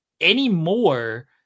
anymore